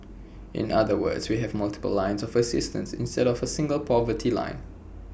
in other words we have multiple lines of assistance instead of A single poverty line